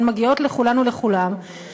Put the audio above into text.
הן מגיעות לכולן ולכולם,